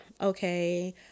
okay